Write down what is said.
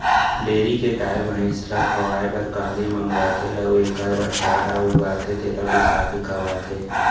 dairy के गाय, भँइस ल खवाए बर कांदी मंगवाथें अउ एकर बर चारा उगाथें तेला बिसाके खवाथें